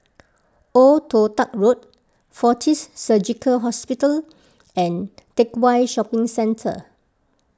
Old Toh Tuck Road Fortis Surgical Hospital and Teck Whye Shopping Centre